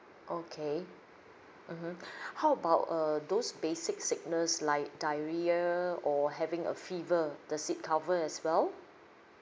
okay mmhmm how about err those basic sickness like diarrhea or having a fever the sick cover as well